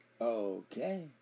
Okay